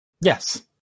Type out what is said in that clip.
Yes